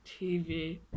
TV